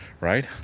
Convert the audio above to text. Right